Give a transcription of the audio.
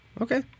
Okay